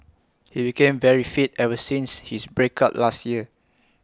he became very fit ever since his break up last year